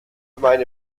meine